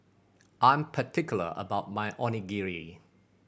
I'm particular about my Onigiri